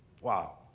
Wow